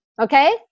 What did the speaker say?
Okay